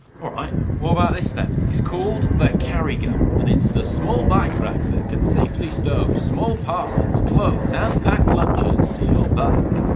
all right, what about this, then? it's called the caryyygum and it's the small bike rack that can safely stow small parcels, clothes, and packed lunches to your bike.